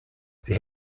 sie